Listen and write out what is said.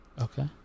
okay